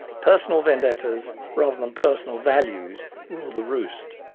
personal vendettas rather than personal values rule the roost.